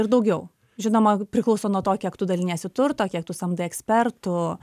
ir daugiau žinoma priklauso nuo to kiek tu daliniesi turto kiek tu samdai ekspertų